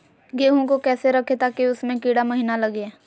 गेंहू को कैसे रखे ताकि उसमे कीड़ा महिना लगे?